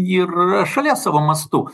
ir šalies savo mastu